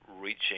reaching